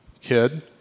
kid